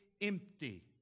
Empty